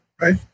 Right